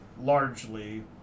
largely